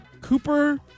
Cooper